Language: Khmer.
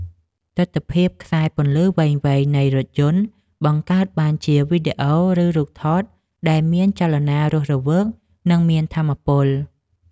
ទិដ្ឋភាពខ្សែពន្លឺវែងៗនៃរថយន្ត បង្កើតបានជាវីដេអូឬរូបថតដែលមានចលនារស់រវើក និងមានថាមពល។